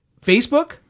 Facebook